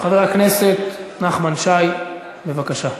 חבר הכנסת נחמן שי, בבקשה.